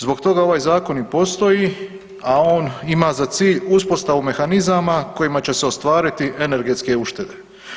Zbog toga ovaj zakon i postoji, a on ima za cilj uspostavu mehanizama kojima će se ostvariti energetske uštede.